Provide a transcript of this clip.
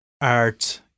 art